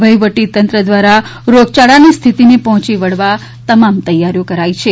વહીવટીતંત્ર દ્વારા રોગયાળાની સ્થિતીને પહોચી વળવા તમામ તૈયારીઓ કરાઇ છે